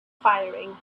firing